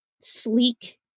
sleek